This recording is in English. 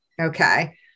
Okay